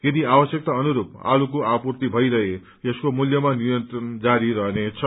यदि आवश्यकता अनुस्प आलूको आपूर्ति भइरहे यसको मूल्यमा नियन्त्रण जारी रहनेछ